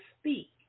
speak